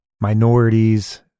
minorities